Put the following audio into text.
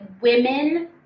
women